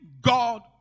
God